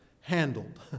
handled